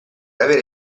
avere